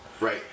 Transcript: Right